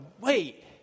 wait